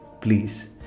please